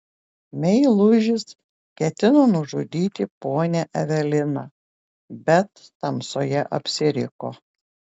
meilužis ketino nužudyti ponią eveliną bet tamsoje apsiriko